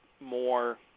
more